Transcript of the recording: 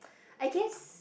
I guess